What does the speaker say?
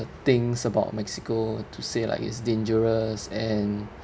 things about mexico to say like it's dangerous and